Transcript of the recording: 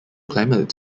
climates